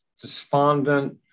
despondent